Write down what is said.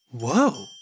Whoa